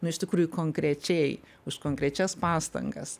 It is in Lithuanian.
nu iš tikrųjų konkrečiai už konkrečias pastangas